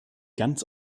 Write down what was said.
ganz